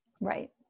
right